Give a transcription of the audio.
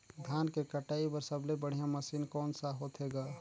धान के कटाई बर सबले बढ़िया मशीन कोन सा होथे ग?